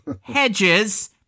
hedges